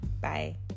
Bye